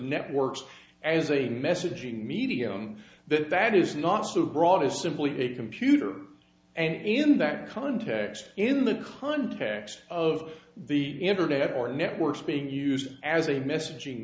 networks as a messaging medium that that is not so broad as simply a computer and in that context in the context of the internet or networks being used as a messaging